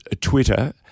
Twitter